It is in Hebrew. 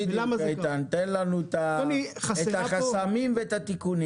בדיוק איתן, תן לנו את החסמים ואת התיקונים.